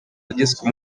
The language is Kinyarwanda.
yagizwe